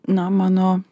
na mano